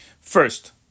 First